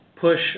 push